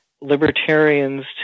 libertarians